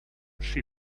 she